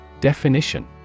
Definition